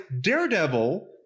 Daredevil –